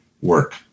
work